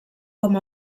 com